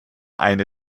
eine